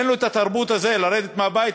אין לנו התרבות הזאת של לרדת מהבית,